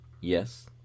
Yes